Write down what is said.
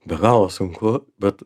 be galo sunku bet